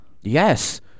Yes